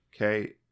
Okay